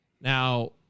Now